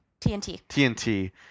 TNT